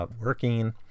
working